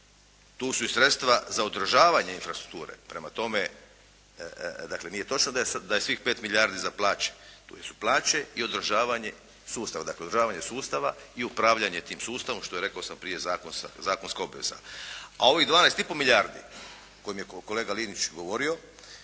Tu su i sredstva za održavanje infrastrukture. Prema tome dakle nije točno da je svih 5 milijardi za plaće. Tu su plaće i održavanje sustava. Dakle održavanje sustava i upravljanje tim sustavom što je rekao sam prije zakonska, zakonska obveza. A ovih 12 i po milijardi o kojima je kolega Linić govorio